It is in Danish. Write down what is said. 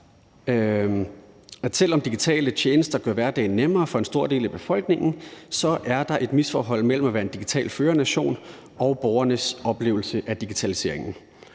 selv om digitale tjenester gør hverdagen nemmere for en stor del af befolkningen, så er et misforhold mellem det at være en digital førernation og borgernes oplevelse af digitaliseringen.